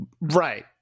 right